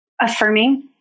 affirming